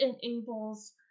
enables